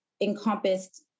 encompassed